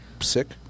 sick